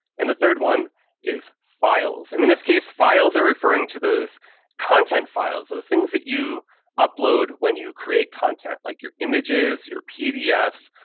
and the third one is files, and in this case, files are referring to those content files, those things that you upload when you create content, like your images, your pdfs,